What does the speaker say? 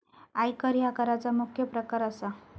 आयकर ह्या कराचा मुख्य प्रकार असा